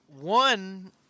one